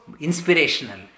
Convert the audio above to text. inspirational